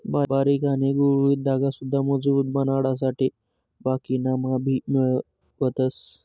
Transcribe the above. बारीक आणि गुळगुळीत धागा सुद्धा मजबूत बनाडासाठे बाकिना मा भी मिळवतस